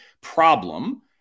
problem